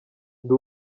ndi